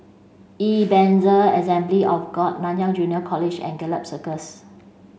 Ebenezer Assembly of God Nanyang Junior College and Gallop Circus